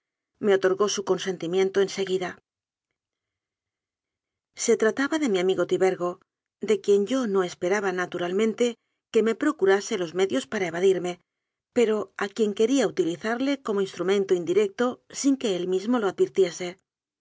me otorgó su consen timiento en seguida se trataba de mi amigo tibergo de quien yo no esperaba naturalmente que me procurase los me dios para evadirme pero a quien quería utilizarle como instrumento indirecto sin que él mismo lo advirtiese